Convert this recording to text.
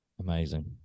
amazing